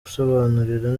gusobanurira